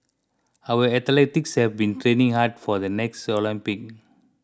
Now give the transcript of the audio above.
our athletes have been training hard for the next Olympics